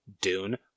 Dune